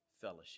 fellowship